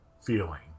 feeling